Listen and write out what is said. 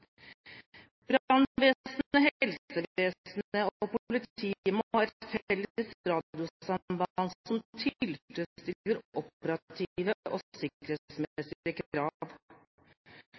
og politiet må ha et felles radiosamband som tilfredsstiller operative og sikkerhetsmessige